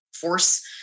force